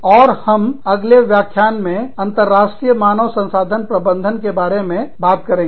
और हम अगले व्याख्यान में अंतरराष्ट्रीय मानव संसाधन प्रबंधन के बारे में बात करेंगे